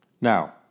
Now